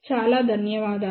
చాలా ధన్యవాదాలు